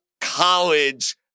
college